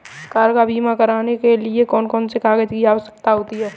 Car का बीमा करने के लिए कौन कौन से कागजात की आवश्यकता होती है?